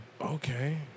Okay